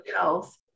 health